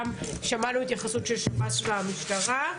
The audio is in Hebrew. גם שמענו התייחסות של שב"ס והמשטרה,